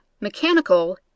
mechanical